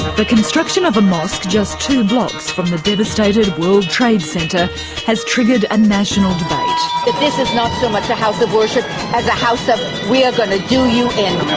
the construction of a mosque just two blocks from the devastated world trade center has triggered a national debate. that this is not so much a house of worship as a house of we are going to do you in.